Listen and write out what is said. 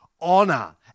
honor